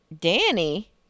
Danny